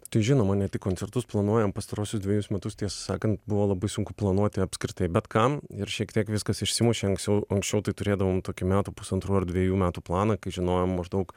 tai žinoma ne tik koncertus planuojam pastaruosius dvejus metus tiesą sakant buvo labai sunku planuoti apskritai bet kam ir šiek tiek viskas išsimušė anksiau anksčiau tai turėdavom tokį metų pusantrų ar dvejų metų planą kai žinojom maždaug